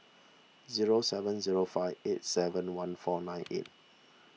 zero seven zero five eight seven one four nine eight